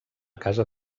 casa